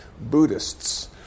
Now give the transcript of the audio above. Buddhists